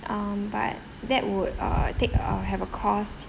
um but that would uh take uh have a cost